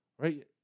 right